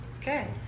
Okay